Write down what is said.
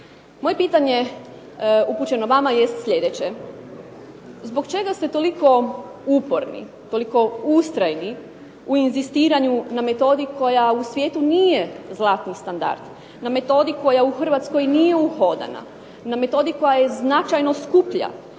Moje pitanje upućeno vama jest slijedeće. Zbog čega ste toliko uporni, toliko ustrajni u inzistiranju na metodi koja u svijetu nije zlatni standard? Na metodi koja u Hrvatskoj nije uhodana? Na metodi koja je značajno skuplja,